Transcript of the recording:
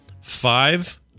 Five